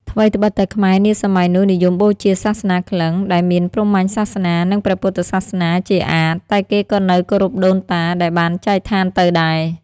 ថ្វីត្បិតតែខ្មែរនាសម័យនោះ និយមបូជាសាសនាក្លិង្គ ដែលមានព្រហ្មញ្ញសាសនា និងព្រះពុទ្ធសាសនាជាអាថិ តែគេក៏នៅគោរពដូនតាដែលបានចែកស្ថានទៅដែរ ។